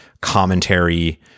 commentary